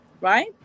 right